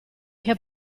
che